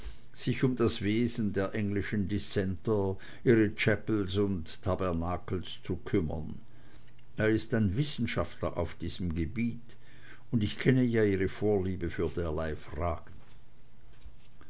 sich um das wesen der englischen dissenter ihre chapels und tabernakels zu kümmern er ist ein wissenschaftler auf diesem gebiet und ich kenne ja ihre vorliebe für derlei fragen